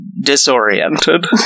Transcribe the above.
disoriented